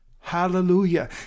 Hallelujah